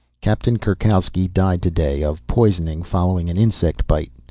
captain kurkowski died today, of poisoning following an insect bite.